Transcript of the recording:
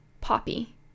Poppy